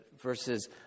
verses